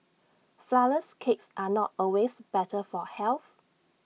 Flourless Cakes are not always better for health